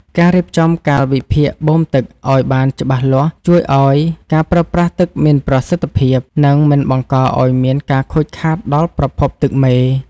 ការរៀបចំកាលវិភាគបូមទឹកឱ្យបានច្បាស់លាស់ជួយឱ្យការប្រើប្រាស់ទឹកមានប្រសិទ្ធភាព និងមិនបង្កឱ្យមានការខូចខាតដល់ប្រភពទឹកមេ។